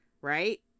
right